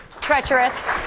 treacherous